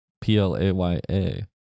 P-L-A-Y-A